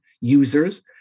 users